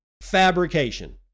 fabrication